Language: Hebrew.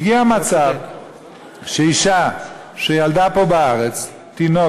הגיע מצב שאישה שילדה פה בארץ תינוק,